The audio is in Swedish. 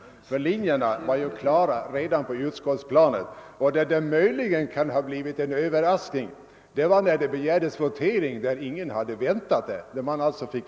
Linjerna var ju klara redan på utskotisplanet. Där det möjligen kan ha blivit en överraskning var när det begärdes votering då ingen hade väntat det.